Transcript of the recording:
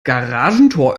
garagentor